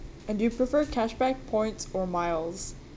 and do you prefer cashback points or miles